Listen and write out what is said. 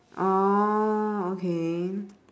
orh okay